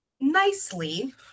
nicely